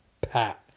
Pat